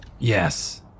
Yes